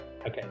Okay